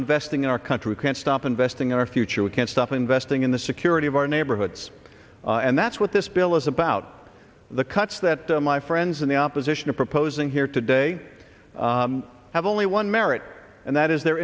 investing in our country we can't stop investing in our future we can't stop investing in the security of our neighborhoods and that's what this bill is about the cuts that my friends in the opposition are proposing here today have only one merit and that is the